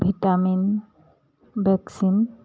vitamin vaccine